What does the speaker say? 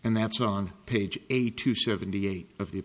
and that's on page eight to seventy eight of